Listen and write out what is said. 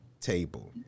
table